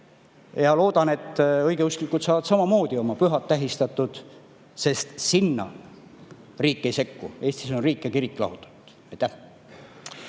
Ma loodan, et õigeusklikud saavad samamoodi oma pühad tähistatud, sest sinna riik ei sekku. Eestis on riik ja kirik lahutatud.